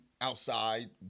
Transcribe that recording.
outside